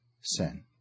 sin